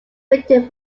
written